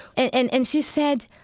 and and she said,